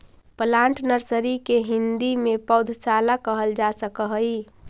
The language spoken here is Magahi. प्लांट नर्सरी के हिंदी में पौधशाला कहल जा सकऽ हइ